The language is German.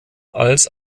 als